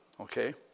okay